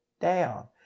down